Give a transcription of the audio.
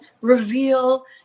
reveal